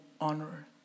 honor